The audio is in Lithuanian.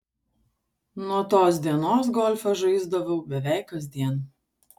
nuo tos dienos golfą žaisdavau beveik kasdien